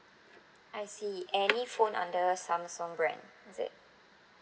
I see any phone under samsung brand is it